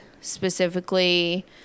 specifically